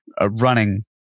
running